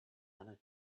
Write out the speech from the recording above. lenna